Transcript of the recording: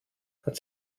hat